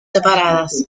separadas